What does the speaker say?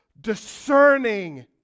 discerning